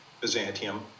Byzantium